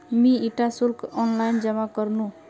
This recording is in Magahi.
मी इटा शुल्क ऑनलाइन जमा करनु